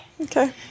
Okay